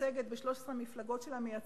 מייצגת ב-13 המפלגות שלה את